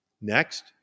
Next